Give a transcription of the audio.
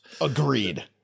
Agreed